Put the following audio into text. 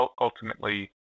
ultimately